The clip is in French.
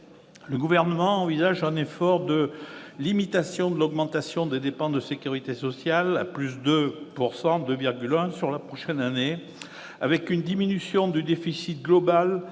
Le Gouvernement envisage un effort de limitation de l'augmentation des dépenses de sécurité sociale à 2,1 % pour l'année prochaine, avec une diminution du déficit global